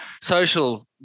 social